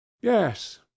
yes